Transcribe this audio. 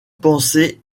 pensées